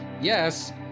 yes